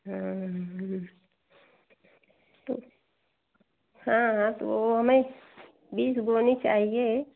हाँ तो हाँ तो हमें बीस बोरी चाहिए